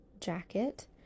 jacket